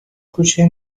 کوچه